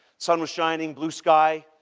sun was shining, blue sky.